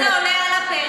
ועכשיו זה עולה על הפרק,